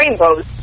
rainbows